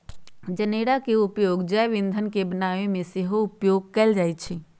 जनेरा के उपयोग जैव ईंधन के बनाबे में सेहो उपयोग कएल जाइ छइ